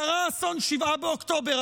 קרה אסון 7 באוקטובר.